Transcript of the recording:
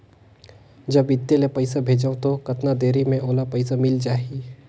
जब इत्ते ले पइसा भेजवं तो कतना देरी मे ओला पइसा मिल जाही?